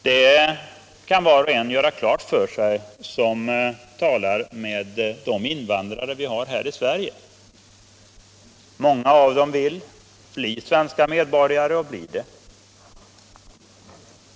Det kan var och en göra klart för sig som talar med de invandrare vi har här i Sverige. Många av dem vill bli svenska medborgare — och blir det.